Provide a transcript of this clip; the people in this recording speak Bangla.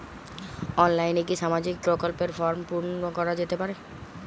অনলাইনে কি সামাজিক প্রকল্পর ফর্ম পূর্ন করা যেতে পারে?